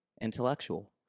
Intellectual